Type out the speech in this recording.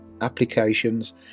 applications